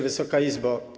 Wysoka Izbo!